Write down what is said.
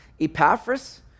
Epaphras